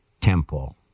temple